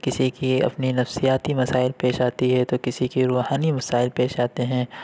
کسی کی اپنی نفسیاتی مسائل پیش آتی ہے تو کسی کی روحانی مسائل پیش آتے ہیں